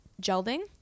Gelding